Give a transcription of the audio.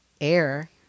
air